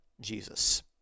Jesus